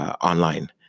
online